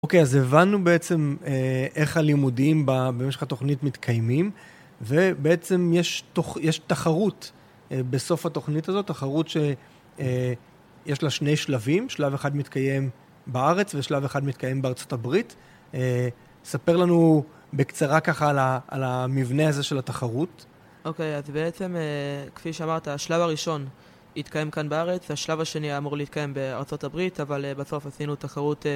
אוקיי, אז הבנו בעצם איך הלימודים במשך התוכנית מתקיימים, ובעצם יש תחרות בסוף התוכנית הזאת, תחרות ש... יש לה שני שלבים, שלב אחד מתקיים בארץ ושלב אחד מתקיים בארצות הברית. ספר לנו בקצרה ככה על המבנה הזה של התחרות. אוקיי, אז בעצם, כפי שאמרת, השלב הראשון התקיים כאן בארץ, השלב השני היה אמור להתקיים בארצות הברית, אבל בסוף עשינו תחרות...